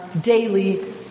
daily